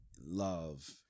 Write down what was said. love